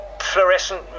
fluorescent